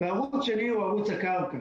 והערוץ השני הוא ערוץ הקרקע.